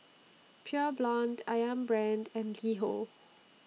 Pure Blonde Ayam Brand and LiHo